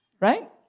Right